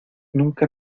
nunca